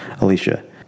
Alicia